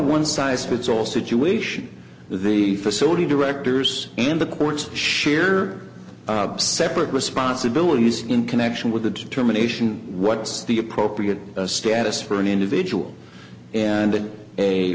one size fits all situation the facility directors and the courts sheer separate responsibilities in connection with the determination what's the appropriate status for an individual and a